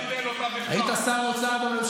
לגבי הנייה תפנה לראש